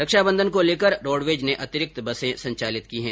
रक्षा बंधन को लेकर रोडवेज ने अतिरिक्त बसे संचालित की हैं